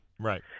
Right